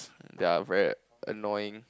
yea very annoying